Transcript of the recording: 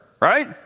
Right